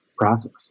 process